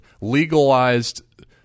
legalized